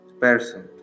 person